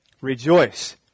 rejoice